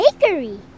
bakery